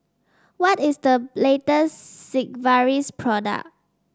what is the latest Sigvaris product